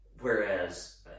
Whereas